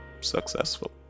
successful